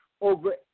over